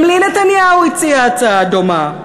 גם לי נתניהו הציע הצעה דומה: